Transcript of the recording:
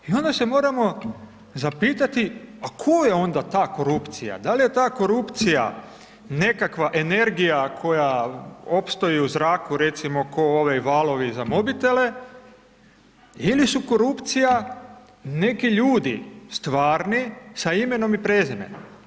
I onda se moramo zapitati a tko je onda ta korupcija, da li je ta korupcija nekakva energija koja opstoji u zraku recimo kao ovi valovi za mobitele ili su korupcija neki ljudi stvarni sa imenom i prezimenom.